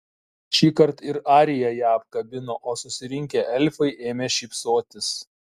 šįkart ir arija ją apkabino o susirinkę elfai ėmė šypsotis